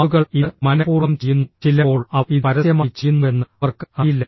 ആളുകൾ ഇത് മനഃപൂർവ്വം ചെയ്യുന്നു ചിലപ്പോൾ അവർ ഇത് പരസ്യമായി ചെയ്യുന്നുവെന്ന് അവർക്ക് അറിയില്ല